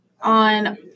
on